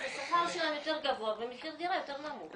אז השכר שלהם יותר גבוה ומחיר הדירה יותר נמוך.